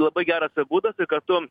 labai geras būdas ir kartu